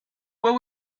will